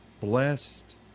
blessed